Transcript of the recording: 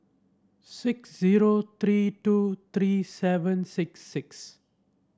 six zero three two three seven six six